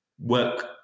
work